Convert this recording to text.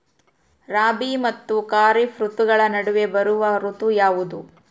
ರಾಬಿ ಮತ್ತು ಖಾರೇಫ್ ಋತುಗಳ ನಡುವೆ ಬರುವ ಋತು ಯಾವುದು?